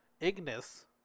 Ignis